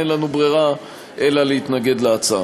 אין לנו ברירה אלא להתנגד להצעה.